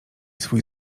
swój